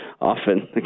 often